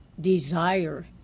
desire